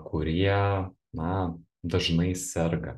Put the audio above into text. kurie na dažnai serga